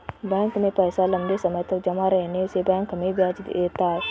bank में पैसा लम्बे समय तक जमा रहने से बैंक हमें ब्याज देता है